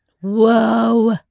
whoa